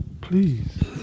Please